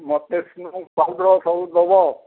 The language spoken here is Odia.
ମୋତେ ସ୍ନୋ ପାଉଡ଼ର ସବୁ ଦେବ